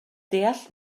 deall